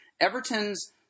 Everton's